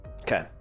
Okay